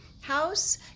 house